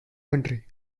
country